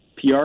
PR